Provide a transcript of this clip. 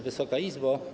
Wysoka Izbo!